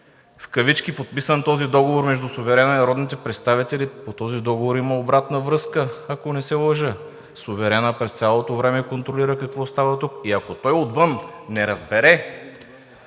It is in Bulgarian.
в кавички, договорът между суверена и народните представители по този договор има обратна връзка, ако не се лъжа. Суверенът през цялото време контролира какво става тук и ако той отвън не разбере